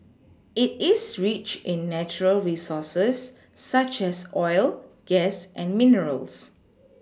it is rich in natural resources such as oil gas and minerals